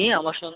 নিয়ে আমার সঙ্গে